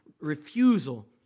refusal